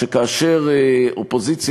שכאשר אופוזיציה